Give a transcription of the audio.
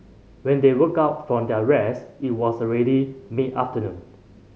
when they woke up from their rest it was already mid afternoon